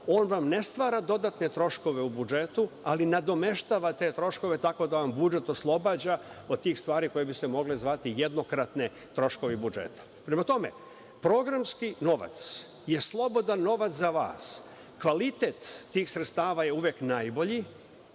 on vam ne stvara dodatne troškove u budžetu, ali nadomeštava te troškove tako da vam budžet oslobađa od tih stvari koje bi se mogli zvati jednokratni troškovi budžeta. Prema tome, programski novac je slobodan novac za vas. Kvalitet tih sredstava je uvek najbolji.